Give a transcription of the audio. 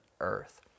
earth